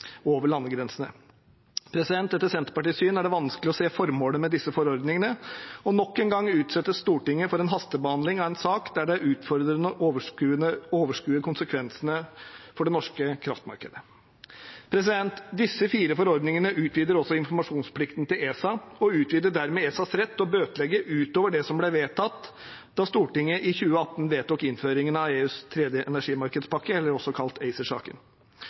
over landegrensene». Etter Senterpartiets syn er det vanskelig å se formålet med disse forordningene, og nok en gang utsettes Stortinget for en hastebehandling av en sak der det er utfordrende å overskue konsekvensene for det norske kraftmarkedet. Disse fire forordningene utvider også informasjonsplikten til ESA, og de utvider dermed ESAs rett til å bøtelegge utover det som ble vedtatt da Stortinget i 2018 vedtok innføringen av EUs tredje energimarkedspakke, også kalt